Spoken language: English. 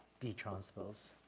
b transpose